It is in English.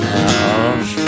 house